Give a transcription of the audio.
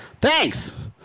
Thanks